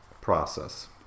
process